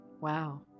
Wow